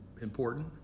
important